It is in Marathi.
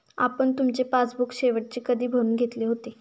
आपण तुमचे पासबुक शेवटचे कधी भरून घेतले होते?